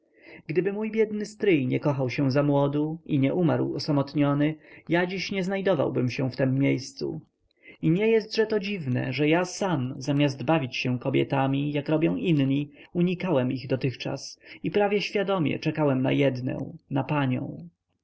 gdyby mój biedny stryj nie kochał się zamłodu i nie umarł osamotniony ja dziś nie znajdowałbym się w tem miejscu i nie jestże to dziwne że ja sam zamiast bawić się kobietami jak robią inni unikałem ich dotychczas i prawie świadomie czekałem na jednę na panią